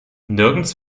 nirgends